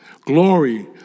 glory